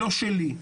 לא שלי,